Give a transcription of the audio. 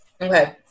Okay